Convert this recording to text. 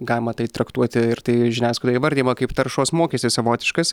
galima tai traktuoti ir tai žiniasklaidoj įvardijama kaip taršos mokestis savotiškas